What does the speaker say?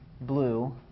blue